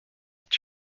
did